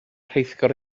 rheithgor